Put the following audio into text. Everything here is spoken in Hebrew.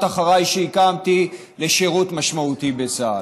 אחרי" שהקמתי לשירות משמעותי בצה"ל,